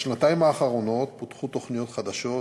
בשנתיים האחרונות פותחו תוכניות חדשות,